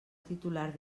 titular